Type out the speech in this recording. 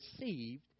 received